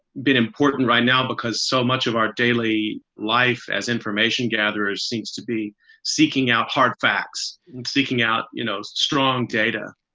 being important right now because so much of our daily life as information gatherers seems to be seeking out hard facts and seeking out, you know, strong data.